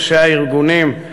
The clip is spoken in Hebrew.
ראשי הארגונים,